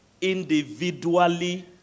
individually